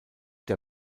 der